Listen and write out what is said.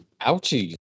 Ouchie